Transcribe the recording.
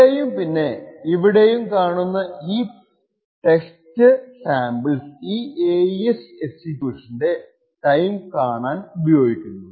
ഇവിടെയും പിന്നെ ഇവിടെയും കാണുന്ന ഈ ടൈം സ്റ്റാംപ്സ് ഈ AES എക്സിക്യൂഷന്റെ ടൈം കാണാൻ ഉപയോഗിക്കുന്നു